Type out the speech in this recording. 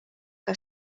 que